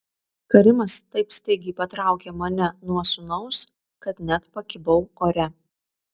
karimas taip staigiai patraukė mane nuo sūnaus kad net pakibau ore